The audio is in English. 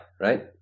right